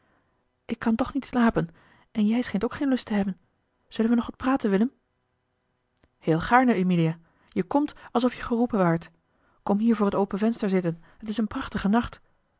ik kan toch niet slapen en jij schijnt ook geen lust te hebben zullen we nog wat praten willem heel gaarne emilia je komt alsof je geroepen waart kom hier voor het open venster zitten het is een prachtige nacht